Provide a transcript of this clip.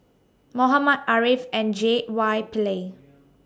Muhammad Ariff and J Y Pillay